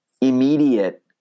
immediate